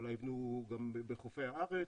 אולי יבנו גם בחופי הארץ,